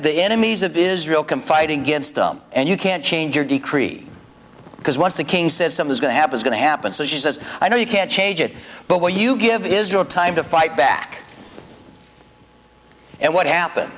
the enemies of israel can fight against them and you can't change your decrease because once the king says something's going to happen going to happen so she says i know you can't change it but what you give israel time to fight back and what happened